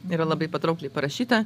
yra labai patraukliai parašyta